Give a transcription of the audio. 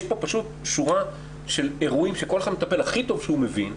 יש פה פשוט שורה של אירועים שכל אחד מטפל הכי טוב שהוא מבין,